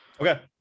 Okay